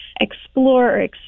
explore